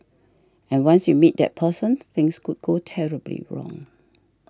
and once you meet that person things could go terribly wrong